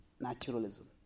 naturalism